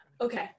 Okay